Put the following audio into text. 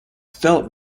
felt